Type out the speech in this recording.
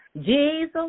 Jesus